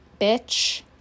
bitch